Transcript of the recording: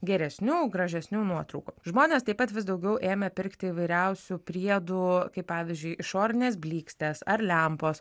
geresnių gražesnių nuotraukų žmonės taip pat vis daugiau ėmė pirkti įvairiausių priedų kaip pavyzdžiui išorinės blykstės ar lempos